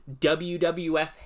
wwf